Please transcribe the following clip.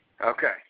Okay